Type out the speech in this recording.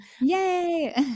Yay